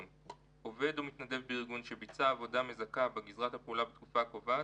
עובד או מתנדב בארגון שביצע עבודה מזכה בגזרת הפעולה בתקופה הקובעת,